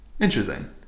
Interesting